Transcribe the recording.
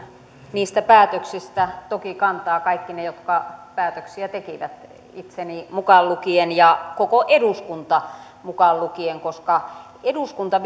niistä päätöksistä toki kantavat kaikki ne jotka päätöksiä tekivät itseni mukaan lukien ja koko eduskunta mukaan lukien koska eduskunta